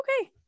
okay